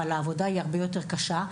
אבל העבודה היא הרבה יותר קשה.